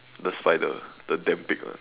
the spider the damn big one